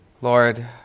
Lord